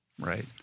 Right